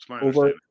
over